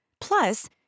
Plus